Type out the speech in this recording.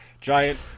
Giant